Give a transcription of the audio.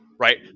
Right